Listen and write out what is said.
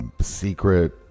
secret